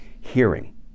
hearing